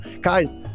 Guys